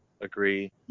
agree